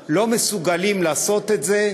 כחברי כנסת לא מסוגלים לעשות את זה,